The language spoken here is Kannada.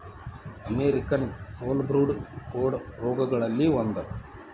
ಅಮೇರಿಕನ್ ಫೋಲಬ್ರೂಡ್ ಕೋಡ ರೋಗಗಳಲ್ಲಿ ಒಂದ